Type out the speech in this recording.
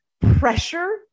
pressure